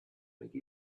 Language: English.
make